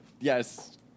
yes